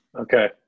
okay